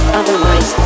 otherwise